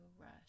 rush